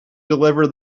deliver